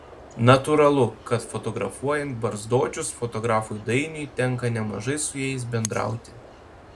natūralu kad fotografuojant barzdočius fotografui dainiui tenka nemažai su jais bendrauti